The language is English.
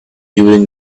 during